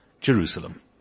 Jerusalem